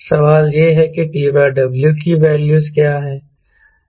सवाल यह है कि TW की वैल्यूज़ क्या है